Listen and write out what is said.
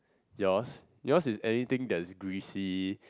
yours yours is anything that's greasy